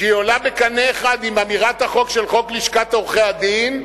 שעולה בקנה אחד עם אמירת החוק של חוק לשכת עורכי-הדין?